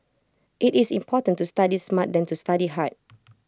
IT is important to study smart than to study hard